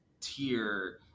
tier